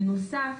בנוסף,